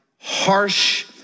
harsh